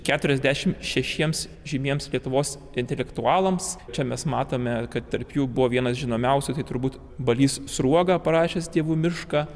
keturiasdešim šešiems žymiems lietuvos intelektualams čia mes matome kad tarp jų buvo vienas žinomiausių tai turbūt balys sruoga parašęs dievų mišką